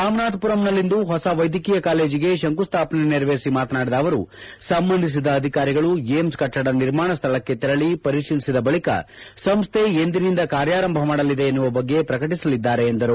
ರಾಮನಾಥಮರಂನಲ್ಲಿಂದು ಹೊಸ ವೈದ್ಯಕೀಯ ಕಾಲೇಜಿಗೆ ಶಂಕುಸ್ವಾಪನೆ ನೆರವೇರಿಸಿ ಮಾತನಾಡಿದ ಅವರು ಸಂಬಂಧಿಸಿದ ಅಧಿಕಾರಿಗಳು ಏಮ್ಸ್ ಕಟ್ಟಡ ನಿರ್ಮಾಣ ಸ್ಥಳಕ್ಷೆ ತೆರಳಿ ಪರಿಶೀಲಿಸಿದ ಬಳಿಕ ಸಂಸ್ವೆ ಎಂದಿನಿಂದ ಕಾರ್ಯಾರಂಭ ಮಾಡಲಿದೆ ಎನ್ನುವ ಬಗ್ಗೆ ಪ್ರಕಟಿಸಲಿದ್ದಾರೆ ಎಂದರು